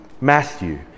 Matthew